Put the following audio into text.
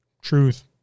truth